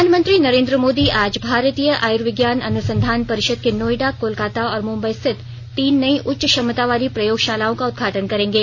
प्रधानमंत्री नरेन्द्र मोदी आज भारतीय आयुर्विज्ञान अनुसंधान परिषद के नोएडा कोलकाता और मुंबई स्थित तीन नई उच्च क्षमता वाली प्रयोगशालाओं का उद्घाटन करेंगे